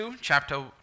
chapter